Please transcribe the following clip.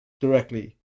directly